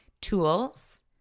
tools